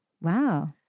Wow